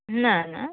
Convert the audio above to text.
ନା ନା